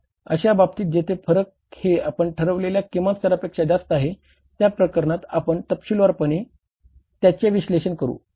अशा बाबतीत जेथे फरक हे आपण ठरविलेल्या किमान स्तरापेक्षा जास्त आहे त्या प्रकरणात आपण तपशीलवारपणे त्याचे विश्लेषण करू